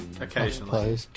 Occasionally